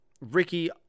Ricky